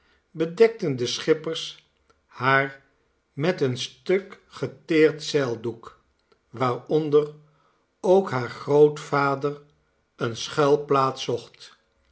bedekten de schippers haar met een stuk geteerd zeildoek waaronder ook haar grootvader eene schuilplaats zocht